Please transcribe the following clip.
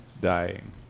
Dying